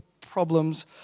problems